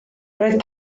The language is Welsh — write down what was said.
roedd